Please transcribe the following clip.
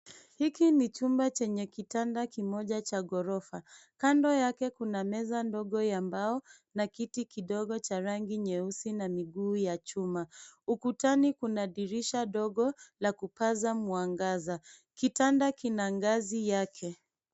Hiki ni chumba chenye kitanda kimoja cha ghorofa. Kando yake kuna meza ndogo ya mbao na kiti kidogo cha rangi nyeusi na miguu ya chuma. Ukutani kuna dirisha ndogo la kupaza mwangaza. Kitanda kina ngazi yake.